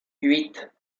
huit